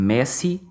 Messi